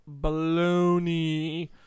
baloney